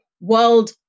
World